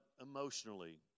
emotionally